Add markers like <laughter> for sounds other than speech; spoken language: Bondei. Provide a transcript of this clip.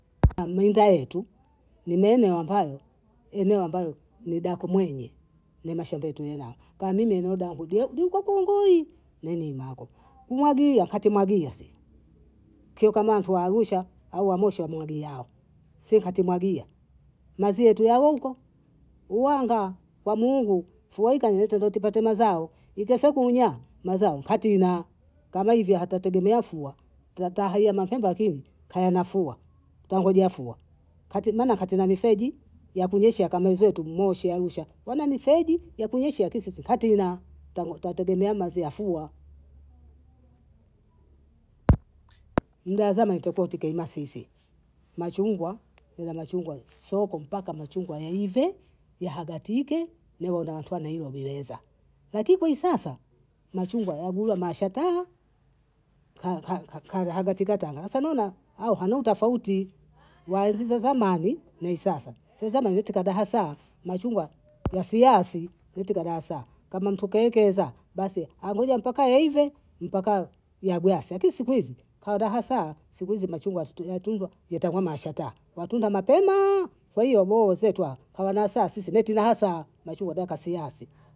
Aminda yetu, ni neneo ambayo eneo ambayo ni daku mwenye, ni mashamba yetu yinao, kama mimi niyodangudwo duko kongoi, minyi mako. kumwagia hatimwagi si, kio nkama antu Arusha au wa Moshi wamwagiao, si hatimwagia, mazie yetu yawonko uwanga kwa Mungu, fua ikanyesha nto tupate mazao ikesha kunyaa mazao hatina, kama hivi hatategemea nfua, tatahia mapemba kini kayanafua, twangojea fua, kati maana kati na mifeji ya kunyesha kama hizoetu Moshi Arusha, wana mifeji ya kunyeshea kini sisi katina, <hesitation> tategemea mazi ya fua. <hesitation> Muda wa zama ntakuwa tukiima sisi, machungwa nna machungwa soko mpaka machungwa yaive, yahadatike niwenatwa naiwe lyeza, lakini sasa machungwa yagula mashataa, <hesitation> kahadatika Tanga asema nani?, au hamna utofauti waizoza zamani ne sasa, sezamani eti hata kadaasa machungwa yasiasi eti kadasa, kama ntu kekeza basi angoje mpaka yaive, mpaka yabwasi, lakini siku hizi kadaasa, siku hizi machungwa hatutuyatunzwa yatakomashataa, matunda mapemaa, kwaiyo boo zetu hao hawana asa sisi beti na asaa machungwa dakasiasi.